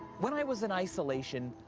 when i was in isolation,